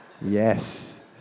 yes